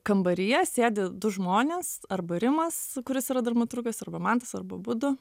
kambaryje sėdi du žmonės arba rimas kuris yra dramaturgas arba mantas arba abudu